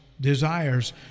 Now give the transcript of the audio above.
desires